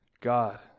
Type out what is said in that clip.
God